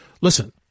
listen